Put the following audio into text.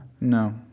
No